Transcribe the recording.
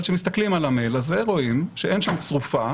אבל כשמסתכלים על המייל הזה רואים שאין שם צרופה,